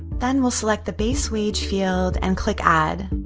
then we'll select the base wage field and click add.